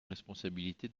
responsabilité